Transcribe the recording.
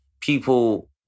people